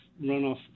runoff